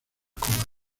combate